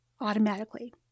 automatically